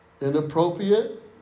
Inappropriate